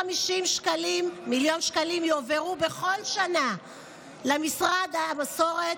מיליון שקלים יועברו בכל שנה למשרד המסורת,